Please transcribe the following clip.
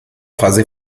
fase